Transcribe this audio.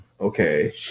okay